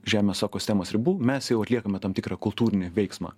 žemės ekosistemos ribų mes jau atliekame tam tikrą kultūrinį veiksmą